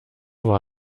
war